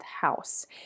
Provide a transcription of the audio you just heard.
house